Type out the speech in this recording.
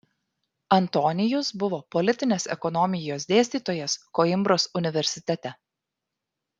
antonijus buvo politinės ekonomijos dėstytojas koimbros universitete